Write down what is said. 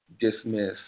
dismiss